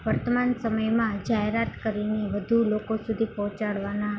વર્તમાન સમયમાં જાહેરાત કરીને વધુ લોકો સુધી પહોંચાડવામાં